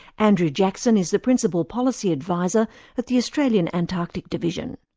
andrew jackson is the principal policy advisor at the australian antarctic division.